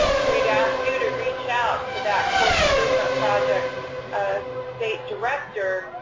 we'd ask you to reach out to that court improvement project state director,